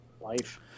Life